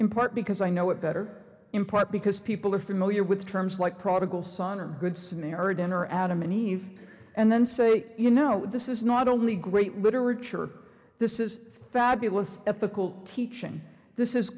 in part because i know it better in part because people are familiar with terms like prodigal son or good samaritan or adam and eve and then say you know this is not only great literature this is fabulous difficult teaching this is